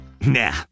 Nah